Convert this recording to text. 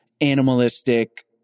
animalistic